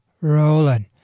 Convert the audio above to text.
rolling